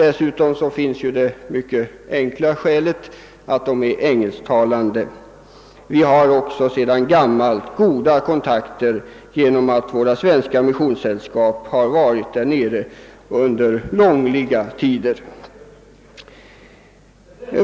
Dessutom föreligger det mycket enkla skälet att de är engelsktalande. Vi har också sedan gammalt goda kontakter med dem genom våra svenska missionssällskap som har verkat där nere under långliga tider.